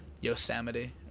Yosemite